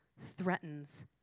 threatens